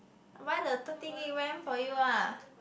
but the thirty gig ram for you ah